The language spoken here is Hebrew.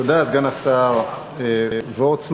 תודה לסגן השר וורצמן.